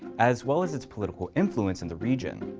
as well as its political influence in the region.